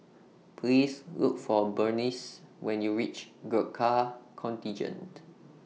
Please Look For Berneice when YOU REACH Gurkha Contingent